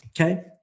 Okay